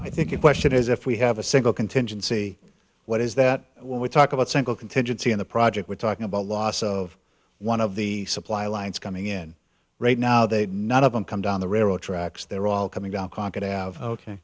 washington is if we have a single contingency what is that when we talk about single contingency in the project we're talking about loss of one of the supply lines coming in right now they none of them come down the railroad tracks they're all coming down conquered have o